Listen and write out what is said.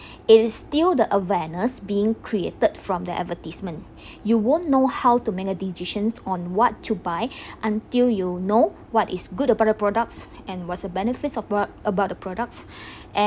instill the awareness being created from the advertisement you won't know how to make a decisions on what to buy until you know what is good about the products and what's the benefits about the products and